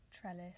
trellis